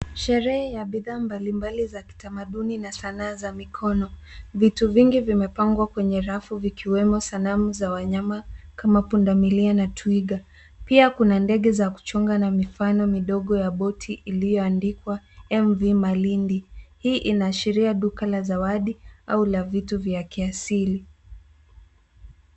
Sherehe ya bidhaa mbalimbali za kitamaduni na sanaa za mikono. Vitu vingi vimepangwa kwenye rafu vikiwemo sanamu za wanyama kama punda milia na twiga. Pia kuna ndege za kuchonga na mifano midogo ya boti iliyoandikwa MV Malindi. Hii inaashiria duka la zawadi au la vitu vya kiasili.